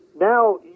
now